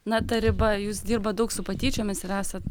na ta riba jūs dirbat daug su patyčiomis ir esat